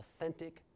authentic